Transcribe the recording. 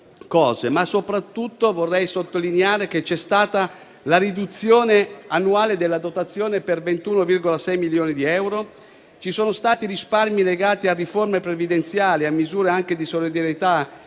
ma soprattutto vorrei sottolineare che c'è stata la riduzione annuale della dotazione per 21,6 milioni di euro; ci sono stati risparmi legati a riforme previdenziali e anche a misure di solidarietà